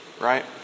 right